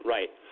Right